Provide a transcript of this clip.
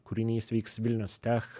kūrinys vyks vilnius tech